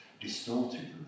distorted